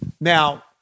Now